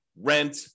rent